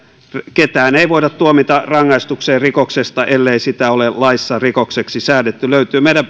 ketään ei voida tuomita rangaistukseen rikoksesta ellei sitä ole laissa rikokseksi säädetty löytyy meidän